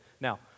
Now